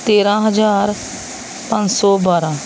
ਤੇਰਾਂ ਹਜ਼ਾਰ ਪੰਜ ਸੌ ਬਾਰਾਂ